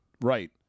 Right